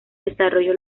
desarrollo